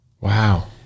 Wow